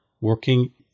working